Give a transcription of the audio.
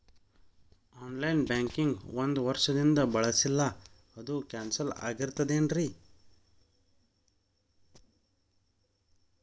On line banking ಒಂದ್ ವರ್ಷದಿಂದ ಬಳಸಿಲ್ಲ ಅದು ಕ್ಯಾನ್ಸಲ್ ಆಗಿರ್ತದೇನ್ರಿ?